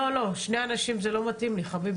שני אנשים זה לא מתאים לי,